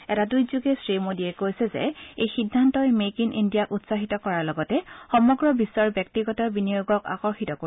এটা টুইটযোগে শ্ৰীমোদীয়ে কৈছে যে এই সিদ্ধান্তই মেক ইন ইণ্ডিয়াক উৎসাহিত কৰাৰ লগতে সমগ্ৰ বিশ্বৰ ব্যক্তিগত বিনিয়োগক আকৰ্ষিত কৰিব